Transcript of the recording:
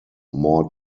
more